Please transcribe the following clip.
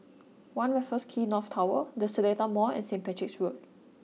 One Raffles Quay North Tower The Seletar Mall and St Patrick's Road